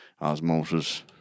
osmosis